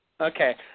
Okay